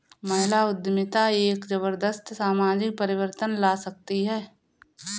महिला उद्यमिता एक जबरदस्त सामाजिक परिवर्तन ला सकती है